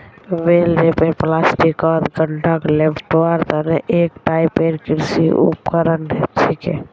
बेल wrapper प्लास्टिकत गांठक लेपटवार तने एक टाइपेर कृषि उपकरण छिके